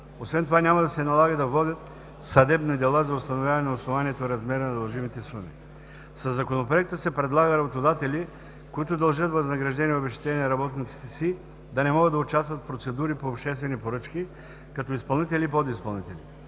Освен това няма да се налага да водят съдебни дела за установяване на основанието и размера на дължимите суми. Със Законопроекта се предлага работодатели, които дължат възнаграждения и обезщетения на работниците си, да не могат да участват в процедури по обществени поръчки като изпълнители и подизпълнители.